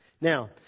Now